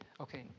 Okay